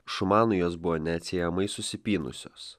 šumanui jos buvo neatsiejamai susipynusios